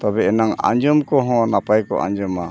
ᱛᱚᱵᱮ ᱮᱱᱟᱝ ᱟᱸᱡᱚᱢ ᱠᱚᱦᱚᱸ ᱱᱟᱯᱟᱭ ᱠᱚ ᱟᱸᱡᱚᱢᱟ